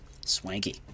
Swanky